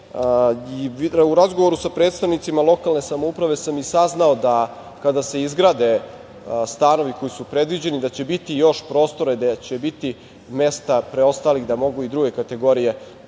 razgovoru sa predstavnicima lokalne samouprave sam i saznao da kada se izgrade stanovi koji su predviđeni da će biti još prostora i da će biti mesta preostalih da mogu i druge kategorije